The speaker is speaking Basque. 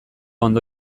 ondo